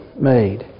made